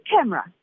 camera